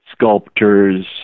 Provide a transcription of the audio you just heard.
sculptors